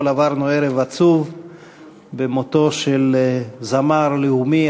עברנו ערב עצוב בגלל מותו של זמר לאומי,